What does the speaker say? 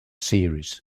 series